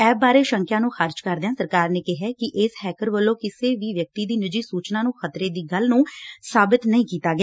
app ਬਾਰੇ ਸ਼ੰਕਿਆ ਨੂੰ ਖ਼ਾਰਿਜ਼ ਕਰਦਿਆਂ ਸਰਕਾਰ ਨੇ ਕਿਹਾ ਕਿ ਇਸ ਹੈਕਰ ਵੱਲੋਂ ਕਿਸੇ ਵੀ ਵਿਅਕਤੀ ਦੀ ਨਿੱਜੀ ਸੂਚਨਾ ਨੂੰ ਖ਼ਤਰੇ ਦੀ ਗੱਲ ਨੂੰ ਸਾਬਿਤ ਨਹੀਂ ਕੀਤਾ ਗਿਆ